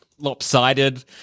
lopsided